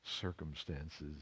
circumstances